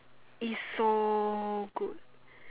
is so good